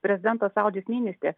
prezidentas saulis ninistė